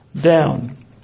down